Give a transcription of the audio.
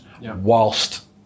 whilst